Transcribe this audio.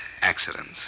accidents